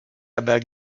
aber